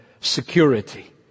security